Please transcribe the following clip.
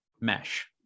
mesh